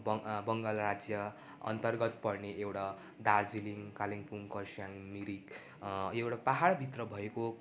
बङ् बङ्गाल राज्य अन्तर्गत पर्ने एउटा दार्जिलिङ कालिम्पोङ खरसाङ मिरिक एउटा पाहाडभित्र भएको